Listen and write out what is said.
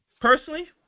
personally